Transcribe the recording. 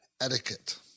etiquette